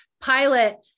pilot